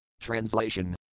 Translation